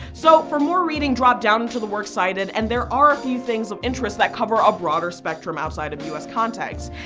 so for more reading drop down into the works cited, and there are a few things of interest that cover a broader spectrum outside of u s. context.